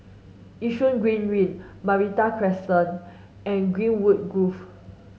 Yishun Green Link Meranti Crescent and Greenwood Grove